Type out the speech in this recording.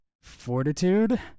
fortitude